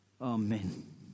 Amen